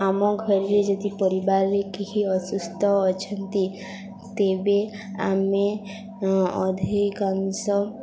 ଆମ ଘରେ ଯଦି ପରିବାରରେ କେହି ଅସୁସ୍ଥ ଅଛନ୍ତି ତେବେ ଆମେ ଅଧିକାଂଶ